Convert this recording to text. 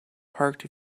parked